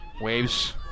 Waves